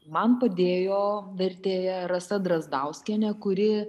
man padėjo vertėja rasa drazdauskienė kuri